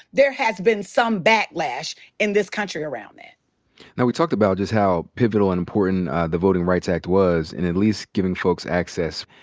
there has been some backlash in this country around that. now we talked about just how pivotal and important the voting rights act was in at least giving folks access.